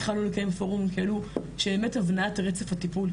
התחלנו לקיים פורומים כאלה לגבי ההבניה של רצף הטיפול.